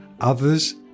others